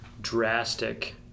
drastic